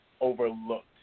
overlooked